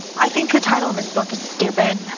i think the title of his book is stupid.